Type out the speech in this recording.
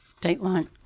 Dateline